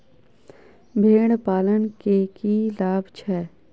भेड़ पालन केँ की लाभ छै?